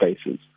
spaces